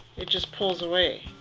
it just pulls away.